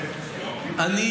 מתאים לחוק,